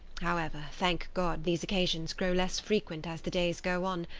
however, thank god, these occasions grow less frequent as the days go on,